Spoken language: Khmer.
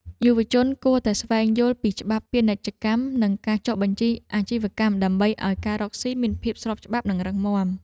យុវជនគួរតែស្វែងយល់ពីច្បាប់ពាណិជ្ជកម្មនិងការចុះបញ្ជីអាជីវកម្ម ដើម្បីឱ្យការរកស៊ីមានភាពស្របច្បាប់និងរឹងមាំ។